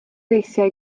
eisiau